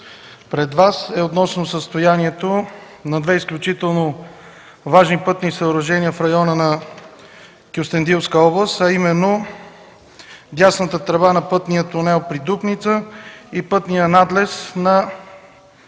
пред Вас, е относно състоянието на две изключително важни пътни съоръжения в района на Кюстендилска област – дясната тръба на пътния тунел при Дупница, и пътният надлез на Път ІІ